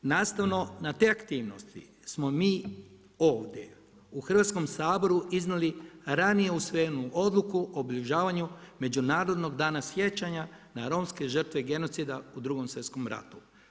Nastavno, na te aktivnosti smo mi ovdje u Hrvatskom saboru, iznijeli ranije usvojenu odluku obilježavanju međunarodnog danas sjećanja na romske žrtve genocida u 2.sv. ratu.